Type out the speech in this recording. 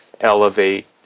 elevate